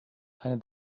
eine